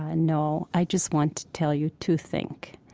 ah no, i just want to tell you to think.